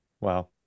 Wow